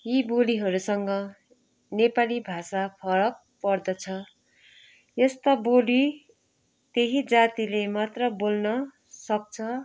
यी बोलीहरूसँग नेपाली भाषा फरक पर्दछ यस्ता बोली त्यही जातिले मात्र बोल्न सक्छ